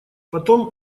потом